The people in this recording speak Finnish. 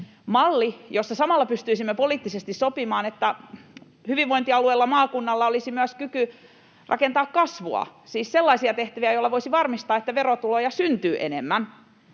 mallin, jossa samalla pystyisimme poliittisesti sopimaan, että hyvinvointialueella, maakunnalla, olisi myös kyky rakentaa kasvua, siis sellaisia tehtäviä, joilla voisi varmistaa, että verotuloja syntyy enemmän,